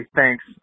thanks